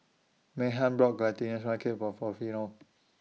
Meghann brought Glutinous Rice Cake For Porfirio